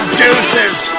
deuces